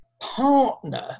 partner